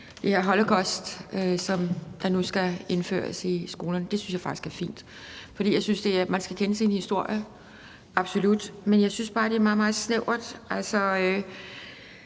det om holocaust, der nu skal indføres i undervisningen i skolerne. Det synes jeg faktisk er fint, for jeg synes, man skal kende sin historie, absolut. Men jeg synes bare, det er meget, meget snævert